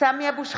סמי אבו שחאדה,